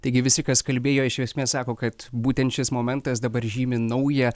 taigi visi kas kalbėjo iš esmės sako kad būtent šis momentas dabar žymi naują